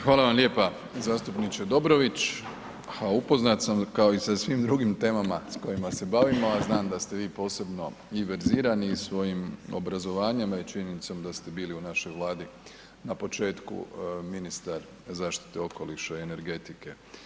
Hvala vam lijepa zastupniče Dobrović, ha upoznat sam kao i sa svim drugim temama s kojima se bavimo, a znam da ste vi posebno i verzirani i svojim obrazovanjem, a i činjenicom da ste bili u našoj Vladi na početku ministar zaštite okoliša i energetike.